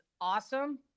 awesome